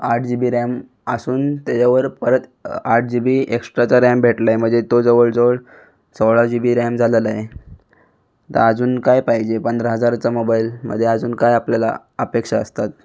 आठ G B RAM आसून तेच्यावर परत आठ जी बी एक्सट्राचा रॅम भेटला आहे मजे तो जवळजवळ सोळा जी बी रॅम झालाला आहे तर अजून काय पाहिजे पंधरा हजारचा मोबाईलमध्ये आजून काय आपल्याला अपेक्षा असतात